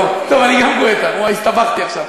טוב, גם אני גואטה, הסתבכתי עכשיו.